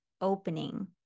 opening